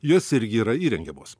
jos irgi yra įrengiamos